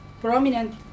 prominent